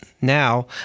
now